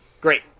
Great